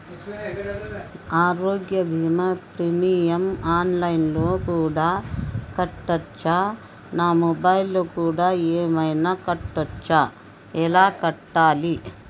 ఆరోగ్య బీమా premium online లో కూడా కట్టచ్చా? నా మొబైల్లో కూడా ఏమైనా కట్టొచ్చా? ఎలా కట్టాలి?